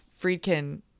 friedkin